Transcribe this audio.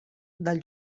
del